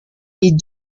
est